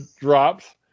drops